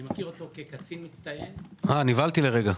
אני מכיר אותו כקצין מצטיין -- אה, נבהלתי לרגע.